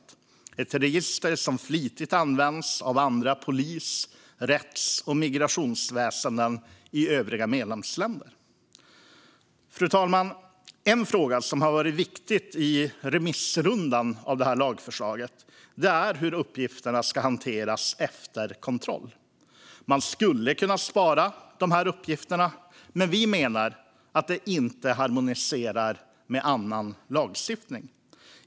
Det är ett register som flitigt används av polis, rätts och migrationsväsen i övriga medlemsländer. Fru talman! En fråga som varit viktig i remissrundan för lagförslaget är hur uppgifterna ska hanteras efter kontroll. Man skulle kunna spara dessa uppgifter, men vi menar att det inte harmoniserar med annan lagstiftning.